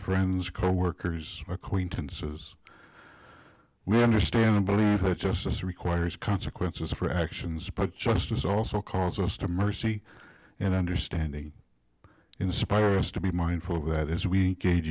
friends coworkers or acquaintances we understand and believe that justice requires consequences for actions but justice also calls us to mercy and understanding inspire us to be mindful of that as we ga